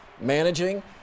managing